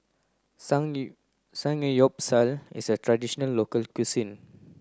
Samgeyopsal is a traditional local cuisine